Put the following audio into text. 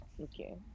okay